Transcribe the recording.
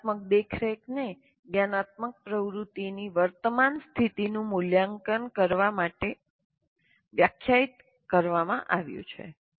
જ્ઞાનાત્મક દેખરેખને જ્ઞાનાત્મક પ્રવૃત્તિની વર્તમાન સ્થિતિનું મૂલ્યાંકન કરવા તરીકે વ્યાખ્યાયિત કરવામાં આવ્યું છે